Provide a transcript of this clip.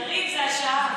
יריב, זו השעה.